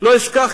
לא אשכח,